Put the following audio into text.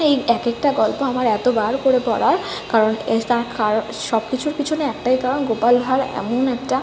এই এক একটা গল্প আমার এতবার করে পড়া কারণ এ তার কারণ সব কিছুর পিছনে একটাই কারণ গোপাল ভাঁড় এমন একটা